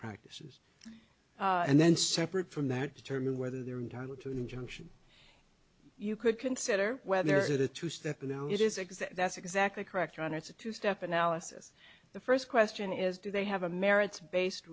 practices and then separate from that determine whether they're entitled to an injunction you could consider whether the two step in it does exist that's exactly correct on it's a two step analysis the first question is do they have a merits based